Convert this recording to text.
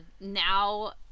now